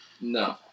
No